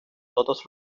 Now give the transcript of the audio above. todos